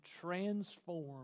transform